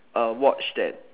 a watch that